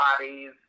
bodies